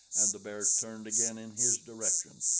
and the bear turned again in his direction.